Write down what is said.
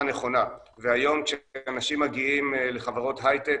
נכונה והיום כשאנשים מגיעים לחברות הייטק,